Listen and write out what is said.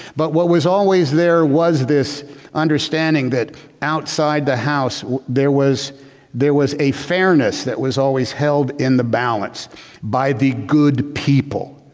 but was always there was this understanding that outside the house there was there was a fairness that was always held in the balance by the good people.